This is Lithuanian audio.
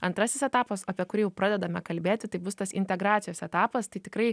antrasis etapas apie kurį jau pradedame kalbėti taip bus tas integracijos etapas tai tikrai